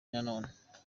nanone